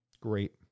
Great